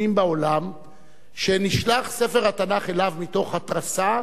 בעולם שנשלח ספר התנ"ך אליו מתוך התרסה,